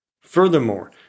Furthermore